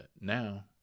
now